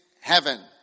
heaven